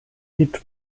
hit